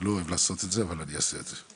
אני לא אוהב לעשות את זה אבל אני אעשה את זה,